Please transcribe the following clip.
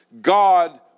God